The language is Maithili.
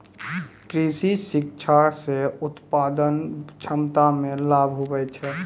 कृषि शिक्षा से उत्पादन क्षमता मे लाभ हुवै छै